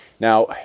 Now